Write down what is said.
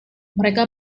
mereka